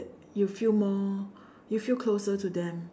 you feel more you feel closer to them